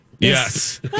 Yes